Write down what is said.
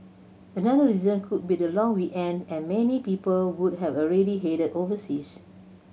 another reason could be the long weekend and many people would have already headed overseas